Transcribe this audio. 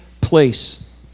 place